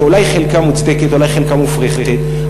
שאולי חלקה מוצדקת ואולי חלקה מופרכת,